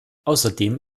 außerdem